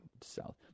south